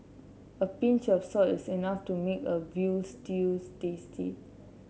a pinch of salt is enough to make a veal stews tasty